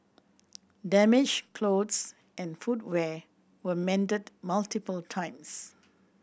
damaged clothes and footwear were mended multiple times